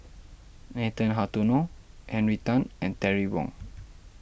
Nathan Hartono Henry Tan and Terry Wong